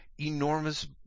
enormous